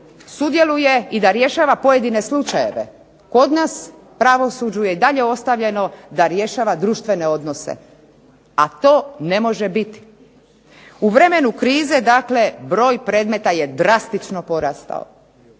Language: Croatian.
sudjeluje i da rješava pojedine slučajeve. Kod nas pravosuđu je i dalje ostavljeno da rješava društvene odnose. A to ne može biti. U vremenu krize broj predmeta je drastično porastao,